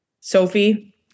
sophie